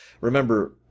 Remember